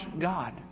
God